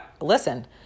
listen